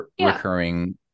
recurring